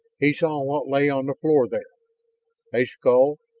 he saw what lay on the floor there a skull,